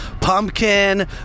Pumpkin